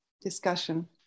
discussion